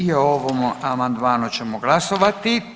I o ovom amandmanu ćemo glasovati.